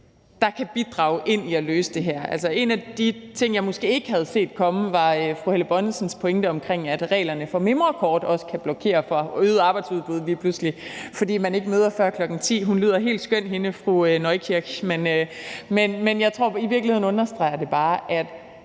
der kan bidrage til at løse det her. En af de ting, som jeg måske ikke havde set komme, var fru Helle Bonnesens pointe omkring, at reglerne for mimrekort også kan blokere for et øget arbejdsudbud lige pludselig, fordi man ikke møder før kl. 10.00. Hende fru Neukirsch lyder helt skøn. Men jeg tror i virkeligheden bare, at